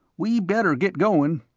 we better get goin'.